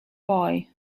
boy